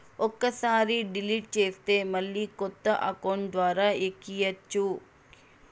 ఒక్కసారి డిలీట్ చేస్తే మళ్ళీ కొత్త అకౌంట్ ద్వారా ఎక్కియ్యచ్చు